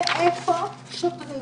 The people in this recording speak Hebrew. מאיפה שוטרים